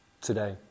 today